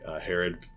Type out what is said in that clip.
Herod